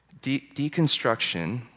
Deconstruction